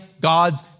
God's